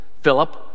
Philip